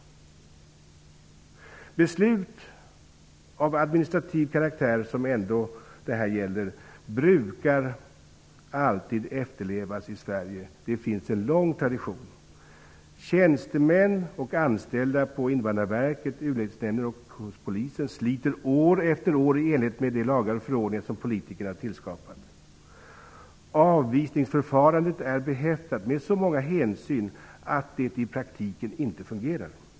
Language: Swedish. Beslut av administrativ karaktär, som detta ändå gäller, brukar alltid efterlevas i Sverige -- det finns en lång tradition. Tjänstemän och anställda på Polisen sliter år efter år i enlighet med de lagar och förordningar som politikerna har skapat. Avvisningsförfarandet är behäftat med så många hänsyn att det i praktiken inte fungerar.